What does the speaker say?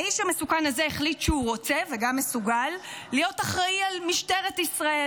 האיש המסוכן הזה החליט שהוא רוצה וגם מסוגל להיות אחראי למשטרת ישראל.